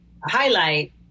highlight